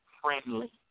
friendly